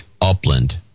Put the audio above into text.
Upland